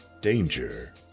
danger